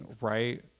Right